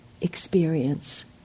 experience